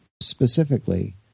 specifically